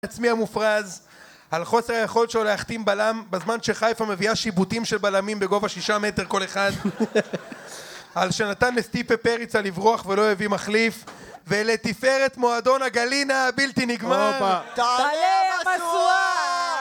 העצמי המופרז, על חוסר היכולת שלו להחתים בלם בזמן שחיפה מביאה שיבוטים של בלמים בגובה שישה מטר כל אחד, על שנתן לסטיפה פריצה לברוח ולא להביא מחליף, ולתפארת מועדון הגלינה הבלתי נגמר. תעלה המשואה!